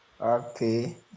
Okay